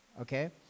okay